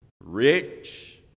rich